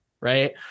Right